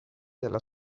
della